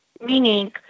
Meaning